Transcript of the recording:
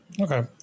Okay